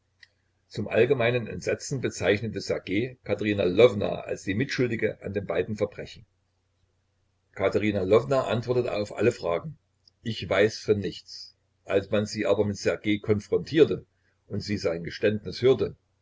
zum allgemeinen entsetzen bezeichnete ssergej katerina lwowna als die mitschuldige an den beiden verbrechen katerina lwowna antwortete auf alle fragen ich weiß von nichts als man sie aber mit ssergej konfrontierte und sie sein geständnis hörte